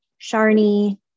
Sharni